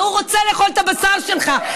הוא רוצה לאכול את הבשר שלך.